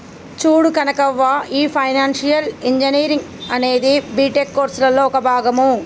చూడు కనకవ్వ, ఈ financial engineering అనేది బీటెక్ కోర్సులలో ఒక భాగం